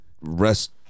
rest